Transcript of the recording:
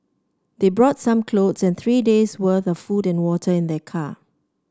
they brought some clothes and three days' worth of food and water in their car